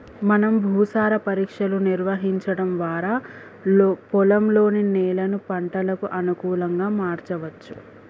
మనం భూసార పరీక్షలు నిర్వహించడం వారా పొలంలోని నేలను పంటలకు అనుకులంగా మార్చవచ్చు